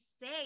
say